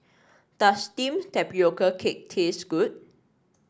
does steamed Tapioca Cake taste good